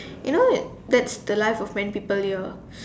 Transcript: you know that's the life of many people here